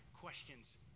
questions